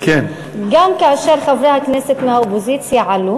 גם כאשר חברי הכנסת מהאופוזיציה עלו